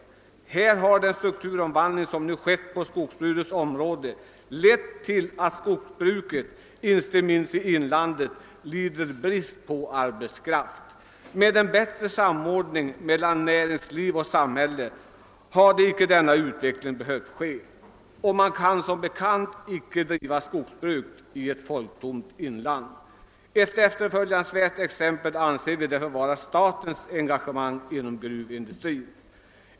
Den strukturomvandling som skett på skogsbrukets område har lett till att skogsbruket inte minst i inlandet lider brist på arbetskraft. Med en bättre samordning mellan näringsliv och samhälle hade denna utveckling icke behövt inträffa. Man kan som bekant icke bedriva skogsbruk i ett folktomt inland. Ett efterföljansvärt exempel i detta sammanhang anser vi vara statens engagemang inom gruvindustrin.